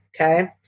Okay